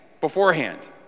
beforehand